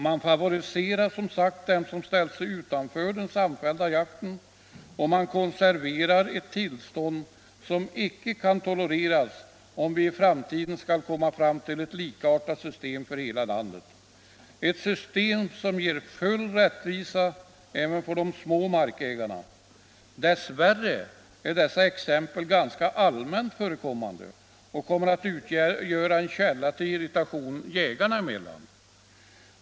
Man favoriserar som sagt dem som ställt sig utanför den samfällda jakten och konserverar ett tillstånd som icke kan tolereras, om vi i framtiden skall komma fram till ett likartat system för hela landet. Ett system som ger full rättvisa även åt de små markägarna. Dess värre är dessa exempel ganska allmänt förekommande och kommer att utgöra en källa till irritation jägarna emellan.